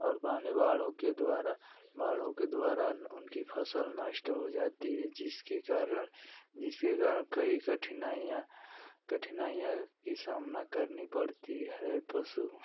और पानी बाढ़ों के द्वारा बाढ़ों के द्वारा उनकी फसल नष्ट हो जाती है जिसके कारण जिसके कारण कई कठिनाइयाँ कठिनाइयाँ की सामना करनी पड़ती है पशु